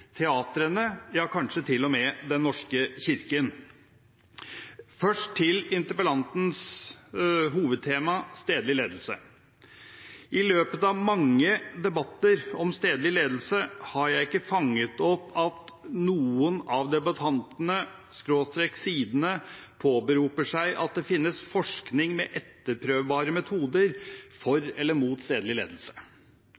teatrene, ja kanskje til og med Den norske kirke. Først til interpellantens hovedtema: stedlig ledelse. I løpet av mange debatter om stedlig ledelse har jeg ikke fanget opp at noen av debattantene/sidene påberoper seg at det finnes forskning med etterprøvbare metoder for